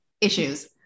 issues